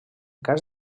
cas